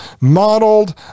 modeled